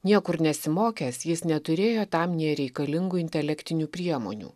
niekur nesimokęs jis neturėjo tam nė reikalingų intelektinių priemonių